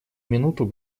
минуту